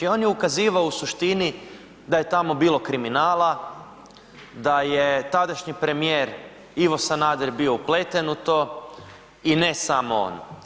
I on je ukazivao u suštini da je tamo bilo kriminala, da je tadašnji premijer Ivo Sanader bio upleten u to i ne samo on.